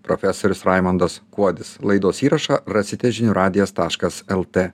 profesorius raimundas kuodis laidos įrašą rasite žinių radijas taškas lt